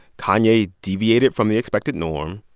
kanye deviated from the expected norm.